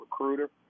recruiter